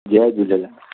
Jay Jhulelal